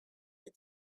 with